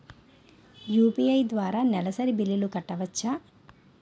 UPI ద్వారా నెలసరి బిల్లులు కట్టవచ్చా?